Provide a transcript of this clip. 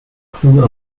clue